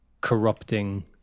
corrupting